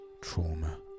trauma